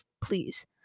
Please